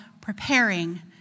preparing